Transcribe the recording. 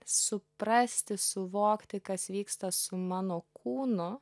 suprasti suvokti kas vyksta su mano kūnu